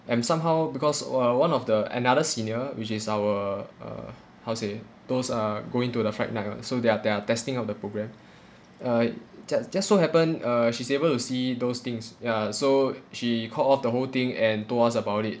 and somehow because one one of the another senior which is our uh how to say those are going to the fright night [one] so they're they're testing out the programme uh just just so happen uh she's able to see those things ya so she caught off the whole thing and told us about it